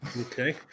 okay